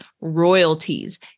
royalties